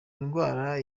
ndwara